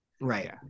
Right